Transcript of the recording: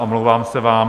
Omlouvám se vám.